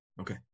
Okay